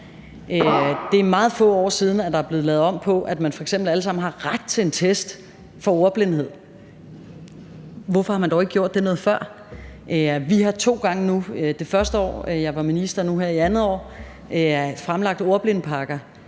er det meget få år siden, det er blevet lavet om, sådan at alle f.eks. har ret til en test for ordblindhed. Hvorfor har man dog ikke gjort det noget før? Vi har nu to gange – det første år jeg var minister og nu her i andet år – fremlagt ordblindepakker